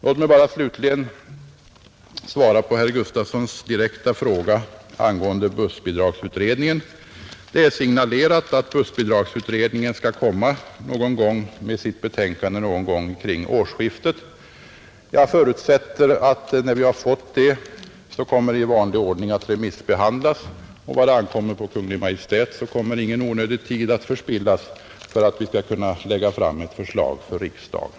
Låt mig bara slutligen svara på herr Gustafsons direkta fråga angående bussbidragsutredningen, Det är signalerat att bussbidragsutredningen skall framlägga sitt betänkande någon gång kring årsskiftet. Jag förutsätter att det sedan kommer att i vanlig ordning remissbehandlas, och vad ankommer på Kungl. Maj:t kommer ingen tid att förspillas i onödan för att vi skall kunna lägga fram ett förslag för riksdagen.